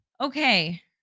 Okay